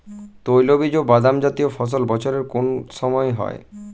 তৈলবীজ ও বাদামজাতীয় ফসল বছরের কোন সময় হয়?